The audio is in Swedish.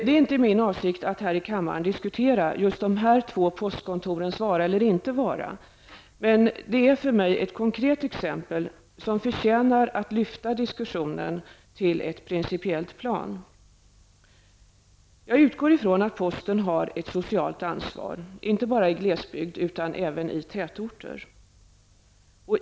Det är inte min avsikt att här i kammaren diskutera just de här två postkontorens vara eller inte vara. Men de är för mig ett konkret exempel som förtjänar att lyfta diskussionen till ett principiellt plan. Jag utgår ifrån att posten har ett socialt ansvar, inte bara i glesbygd utan även i tätorter.